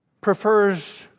prefers